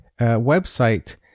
website